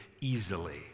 easily